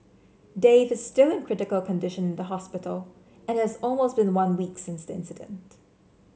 Dave is still in critical condition in the hospital and it has almost been one week since the incident